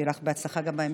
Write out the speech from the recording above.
שתהיה לך הצלחה גם בהמשך.